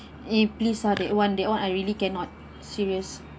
eh please lah that [one] that [one] I really cannot serious